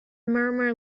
murmur